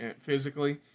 physically